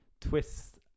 twists